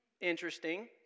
Interesting